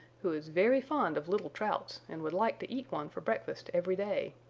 who is very fond of little trouts and would like to eat one for breakfast every day.